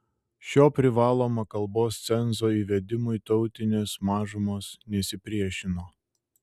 šio privalomo kalbos cenzo įvedimui tautinės mažumos nesipriešino